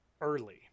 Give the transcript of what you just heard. early